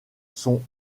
sont